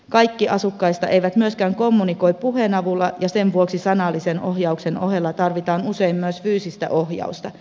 kaikki asukkaista eivät myöskään kommunikoi puheen avulla ja sen vuoksi sanallisen ohjauksen ohella tarvitaan usein myös fyysistä ohjausta